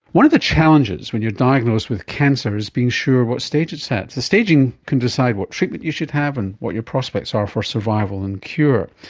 one of the challenges when you're diagnosed with cancer is being sure what stage it's at. the staging can decide what treatment you should have and what your prospects are for survival and cure.